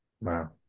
Wow